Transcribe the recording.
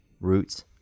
Roots